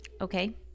okay